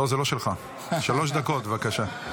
שלוש דקות, בבקשה.